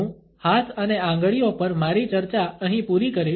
હું હાથ અને આંગળીઓ પર મારી ચર્ચા અહીં પૂરી કરીશ